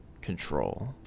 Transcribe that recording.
control